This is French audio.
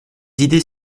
idées